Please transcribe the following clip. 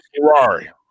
Ferrari